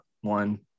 one